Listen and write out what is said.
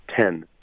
ten